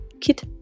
kit